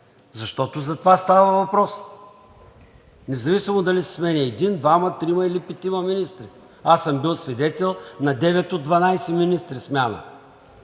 защото за това става въпрос. Независимо дали се сменят един, двама, трима или петима министри. Аз съм бил свидетел на смяна